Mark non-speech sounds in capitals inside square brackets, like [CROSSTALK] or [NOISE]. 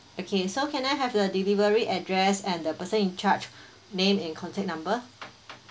okay so can I have the delivery address and the person in charge [BREATH] name and contact number